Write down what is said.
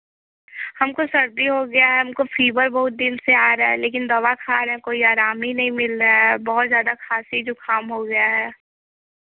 हमको सर्दी हो गया है हमको फ़ीवर बहुत दिन से आ रहा है लेकिन दवा खा रहें कोई आराम ही नहीं मिल रहा है बहुत ज़्यादा खाँसी जुखाम हो गया है